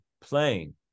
playing